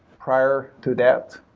prior to that,